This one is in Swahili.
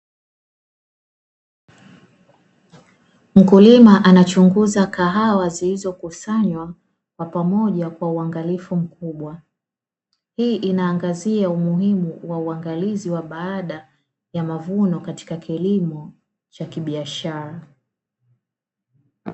Mkulima anachunguza kahawa zilizokusanywa kwa pamoja kwa uangalifu mkubwa, hii inaangazia umuhimu wa uangalizi wa baada ya mavuno katika kilimo cha kibiashara.